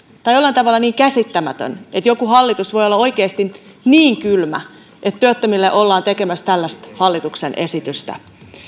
tai jollain tavalla niin käsittämätön että joku hallitus voi olla oikeasti niin kylmä että työttömille ollaan tekemässä tällaista hallituksen esitystä